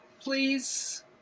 please